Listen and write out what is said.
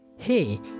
hey